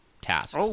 tasks